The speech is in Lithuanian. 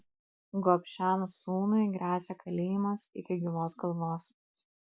gobšiam sūnui gresia kalėjimas iki gyvos galvos